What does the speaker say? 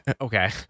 okay